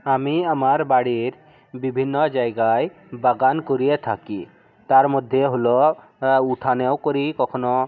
আমি আমার বাড়ির বিভিন্ন জায়গায় বাগান করিয়া থাকি তারমধ্যে হলো উঠানেও করি কখনও